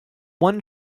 one